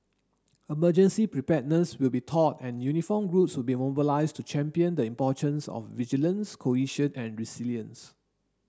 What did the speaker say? emergency preparedness will be taught and uniformed groups will be mobilised to champion the importance of vigilance cohesion and resilience